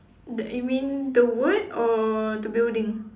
that you mean the word or the building